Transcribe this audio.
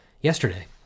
yesterday